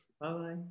Bye-bye